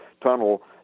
Tunnel